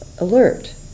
alert